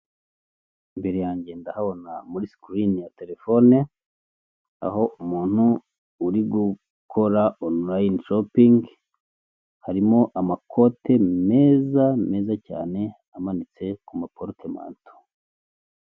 Imbere yange ndahabona muri sikirini ya telefone, aho umuntu uri gukora onurine shopingi harimo amakote meza meza cyane amanitse ku maporotemanto.